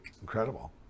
Incredible